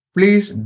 Please